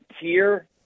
tier